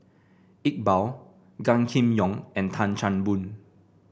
Iqbal Gan Kim Yong and Tan Chan Boon